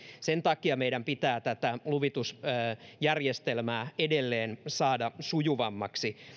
sen takia meidän pitää tätä luvitusjärjestelmää edelleen saada sujuvammaksi